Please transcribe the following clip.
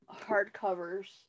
hardcovers